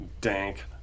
dank